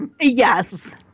Yes